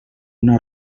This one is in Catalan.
una